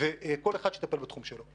ושכל אחד יטפל בתחום שלו.